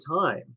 time